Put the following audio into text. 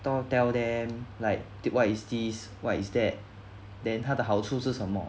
te~ tell them like what is this what is that then 他的好处是什么